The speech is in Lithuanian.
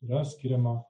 yra skiriama